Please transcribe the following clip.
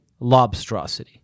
Lobstrosity